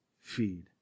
feed